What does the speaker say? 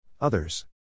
Others